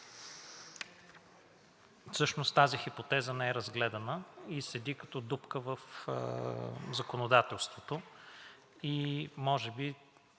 Всъщност тази хипотеза не е разгледана и седи като дупка в законодателството. Може би